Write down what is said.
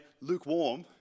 lukewarm